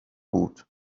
بود